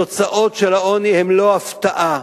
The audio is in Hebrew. התוצאות של העוני הן לא הפתעה,